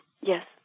Yes